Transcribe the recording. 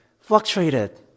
fluctuated